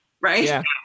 right